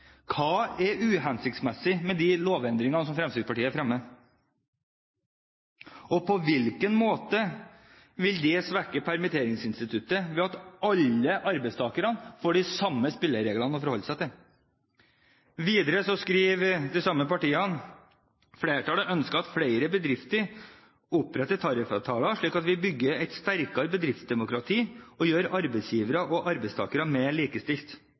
Hva er uhensiktsmessig med de lovendringene som Fremskrittspartiet fremmer, og på hvilken måte vil det svekke permitteringsinstituttet at alle arbeidstakerne får de samme spillereglene å forholde seg til? Videre skriver de samme partiene: «Flertallet ønsker at flere bedrifter oppretter tariffavtaler slik at vi bygger et sterkere bedriftsdemokrati og gjør arbeidsgivere og arbeidstakere mer likestilt».